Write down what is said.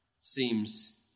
Seems